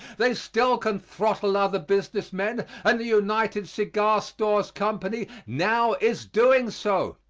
they still can throttle other business men and the united cigar stores company now is doing so.